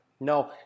no